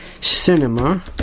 Cinema